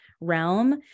realm